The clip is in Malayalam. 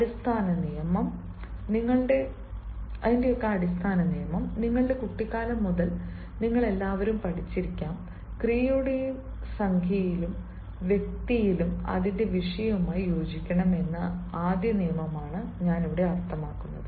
അടിസ്ഥാന നിയമം നിങ്ങളുടെ കുട്ടിക്കാലം മുതൽ നിങ്ങൾ എല്ലാവരും പഠിച്ചിരിക്കാം ക്രിയയുടെ സംഖ്യയിലും വ്യക്തിയിലും അതിന്റെ വിഷയവുമായി യോജിക്കണം എന്ന ആദ്യ നിയമമാണ് ഞാൻ അർത്ഥമാക്കുന്നത്